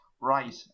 right